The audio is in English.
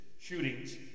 shootings